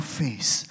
face